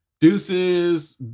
deuces